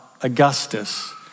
Augustus